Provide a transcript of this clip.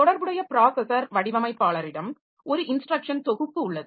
தொடர்புடைய ப்ராஸஸர் வடிவமைப்பாளரிடம் ஒரு இன்ஸ்ட்ரக்ஷன் தொகுப்பு உள்ளது